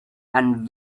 and